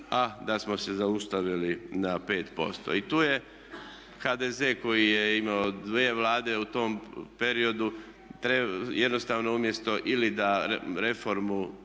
a da smo se zaustavili na 5%. I tu je HDZ koji je imao dvije Vlade u tom periodu jednostavno umjesto ili da reformu